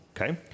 Okay